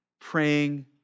praying